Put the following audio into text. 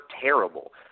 terrible